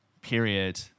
period